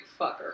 fucker